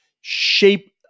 shape